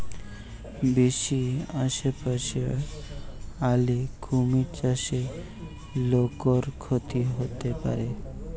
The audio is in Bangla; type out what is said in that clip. বেশি আশেপাশে আলে কুমির চাষে লোকর ক্ষতি হতে পারে